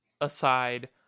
aside